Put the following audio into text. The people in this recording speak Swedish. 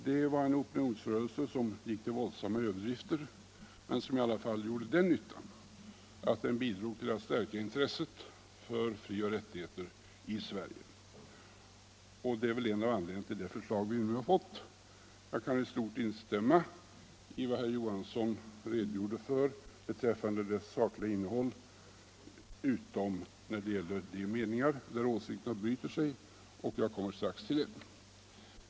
Det var en opinionsrörelse som gick till våldsamma överdrifter men som i alla fall gjorde den nyttan, att den bidrog till att stärka intresset för frioch rättigheter i Sverige, och det är väl en av anledningarna till det förslag vi nu har fått. Jag kan i stort instämma i det sakliga innehållet i herr Johanssons redogörelse utom när det gäller de punkter där åsikterna bryter sig, och jag kommer strax till det.